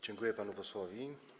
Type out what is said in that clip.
Dziękuję panu posłowi.